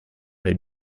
they